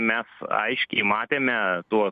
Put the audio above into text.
mes aiškiai matėme tuo